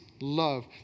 Love